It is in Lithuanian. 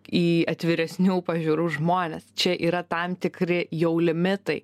į atviresnių pažiūrų žmones čia yra tam tikri jau limitai